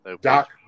doc